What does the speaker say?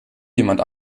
jemand